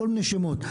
כל מיני שמות.